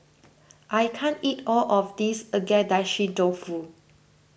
I can't eat all of this Agedashi Dofu